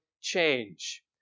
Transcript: change